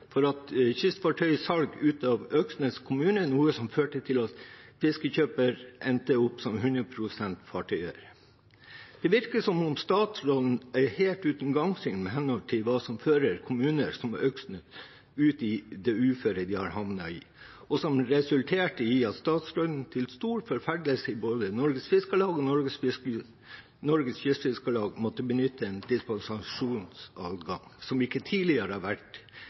for kystfartøyssalg ut av Øksnes kommune, noe som førte til at fiskekjøper endte opp som 100 pst. fartøyeier. Det virker som om statsråden er helt uten gangsyn med hensyn til hva som fører kommuner som Øksnes ut i det uføret de har havnet i, og som resulterte i at statsråden til stor forferdelse både i Norges Fiskarlag og i Norges Kystfiskarlag måtte benytte en dispensasjonsadgang, som ikke tidligere har vært